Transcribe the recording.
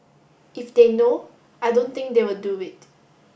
if they know I don't think they will do it